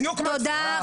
בדיוק כמו --- תודה רבה,